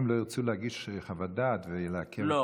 לא ירצו להגיש חוות דעת ולעכב את החקיקה.